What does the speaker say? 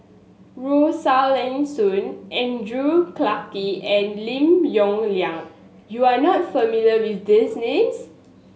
Rosaline Soon Andrew Clarke and Lim Yong Liang you are not familiar with these names